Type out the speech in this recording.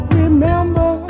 remember